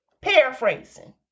Paraphrasing